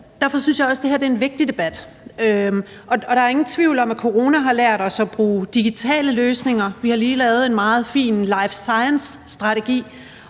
derfor synes jeg også, at det her er en vigtig debat, og der er jo ingen tvivl om, at coronaen har lært os at bruge digitale løsninger. Vi har lige lavet en meget fin life science-strategi,